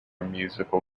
musical